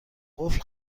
قفل